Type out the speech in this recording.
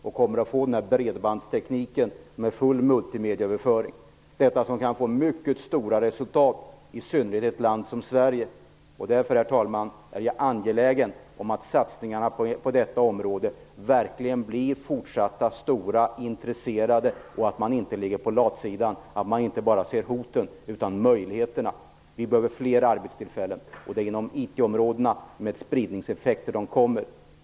Man kommer att få tillgång till bredbandstekniken med full multimediaöverföring. Det kan få mycket stor betydelse i synnerhet i ett land som Sverige. Herr talman! Jag är därför angelägen om att satsningarna på detta område verkligen blir fortsatta och stora. Man måste verkligen vara intresserad och inte ligga på latsidan, inte bara se hoten och utan också se möjligheterna. Vi behöver fler arbetstillfällen. Det är inom IT-områdena och med spridningseffekten de kommer att skapas.